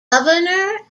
governor